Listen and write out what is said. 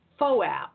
FOAP